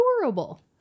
adorable